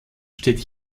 steht